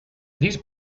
these